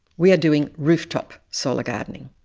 we are doing rooftop solar gardening.